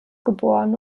geboren